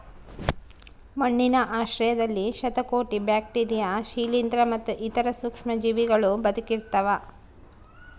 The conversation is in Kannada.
ಮಣ್ಣಿನ ಆಶ್ರಯದಲ್ಲಿ ಶತಕೋಟಿ ಬ್ಯಾಕ್ಟೀರಿಯಾ ಶಿಲೀಂಧ್ರ ಮತ್ತು ಇತರ ಸೂಕ್ಷ್ಮಜೀವಿಗಳೂ ಬದುಕಿರ್ತವ